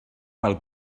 pel